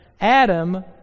Adam